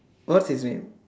what's his name